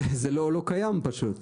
זה לא קיים פשוט.